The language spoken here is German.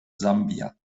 sambia